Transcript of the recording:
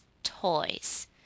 toys